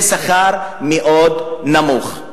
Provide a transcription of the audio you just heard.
זה שכר מאוד נמוך.